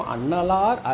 Annalar